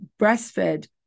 breastfed